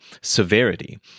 severity